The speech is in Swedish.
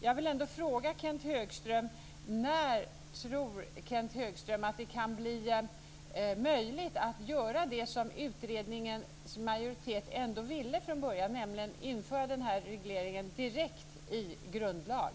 Jag vill ändå fråga Kenth Högström när han tror att det kan bli möjligt att göra det som utredningens majoritet ville från början, nämligen att införa regleringen direkt i grundlag.